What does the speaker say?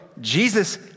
Jesus